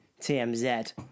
TMZ